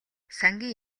сангийн